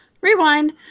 Rewind